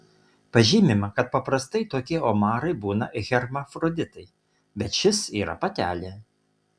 pažymima kad paprastai tokie omarai būna hermafroditai bet šis yra patelė